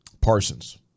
Parsons